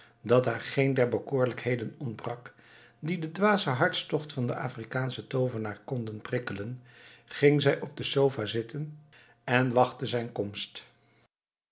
dat haar geen der bekoorlijkheden ontbrak die den dwazen hartstocht van den afrikaanschen toovenaar konden prikkelen ging zij op de sofa zitten en wachtte zijn komst